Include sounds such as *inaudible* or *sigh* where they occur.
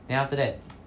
then after that *noise*